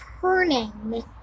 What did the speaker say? turning